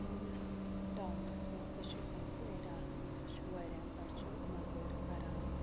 سٲنِس ٹاونَس منٛز تہِ چھِ سٲنِس ایریاہَس منٛز تہِ چھُ واریاہ بَچہِ موٚزوٗرۍ کَران